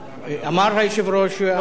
פה לממשלה אין עמדה.